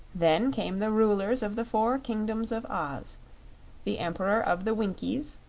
then came the rulers of the four kingdoms of oz the emperor of the winkies,